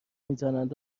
میزنند